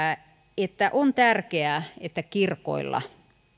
että on tärkeää että kirkoilla